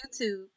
YouTube